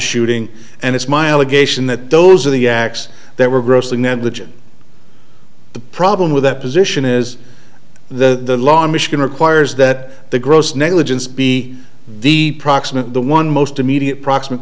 shooting and it's my allegation that those are the acts that were grossly negligent the problem with that position is the law in michigan requires that the gross negligence be the proximate the one most immediate proximate